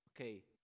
okay